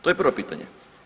To je prvo pitanje.